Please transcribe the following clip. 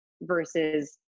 versus